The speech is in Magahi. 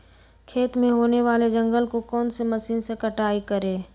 खेत में होने वाले जंगल को कौन से मशीन से कटाई करें?